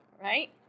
right